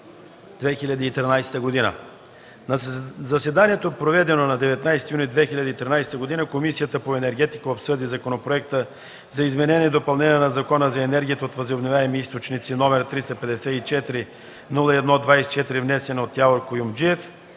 2013 г. На заседание, проведено на 19 юни 2013 г., Комисията по енергетика обсъди Законопроекта за изменение и допълнение на Закона за енергията от възобновяеми източници, № 354-01-24, внесен от Явор Куюмджиев